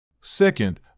Second